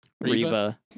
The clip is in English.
Reba